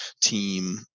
team